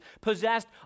possessed